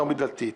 לא מדתית.